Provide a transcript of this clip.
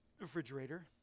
Refrigerator